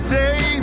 day